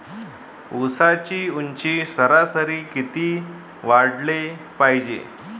ऊसाची ऊंची सरासरी किती वाढाले पायजे?